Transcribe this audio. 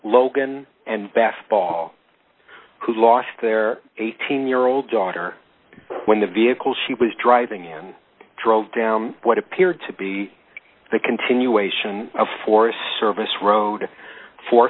logan and basketball who lost their eighteen year old daughter when the vehicle she was driving and drove down what appeared to be the continuation of forest service road for